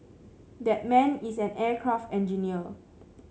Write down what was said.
that man is an aircraft engineer